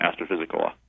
astrophysical